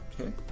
Okay